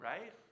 right